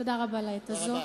תודה רבה לעת הזאת.